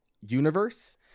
universe